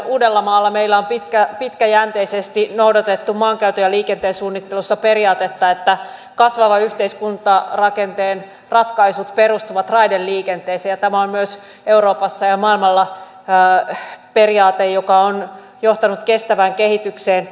uudellamaalla meillä on pitkäjänteisesti noudatettu maankäytön ja liikenteen suunnittelussa periaatetta että kasvavan yhteiskuntarakenteen ratkaisut perustuvat raideliikenteeseen ja tämä on myös euroopassa ja maailmalla periaate joka on johtanut kestävään kehitykseen